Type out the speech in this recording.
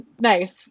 Nice